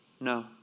No